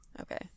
okay